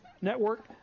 Network